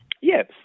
Yes